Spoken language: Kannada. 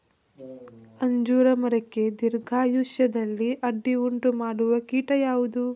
ಅಂಜೂರ ಮರಕ್ಕೆ ದೀರ್ಘಾಯುಷ್ಯದಲ್ಲಿ ಅಡ್ಡಿ ಉಂಟು ಮಾಡುವ ಕೀಟ ಯಾವುದು?